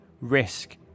risk